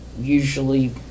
usually